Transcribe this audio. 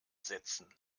setzen